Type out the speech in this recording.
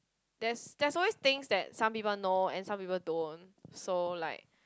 there's there's always things that some people know and some people don't so like